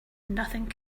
nothing